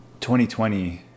2020